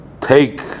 take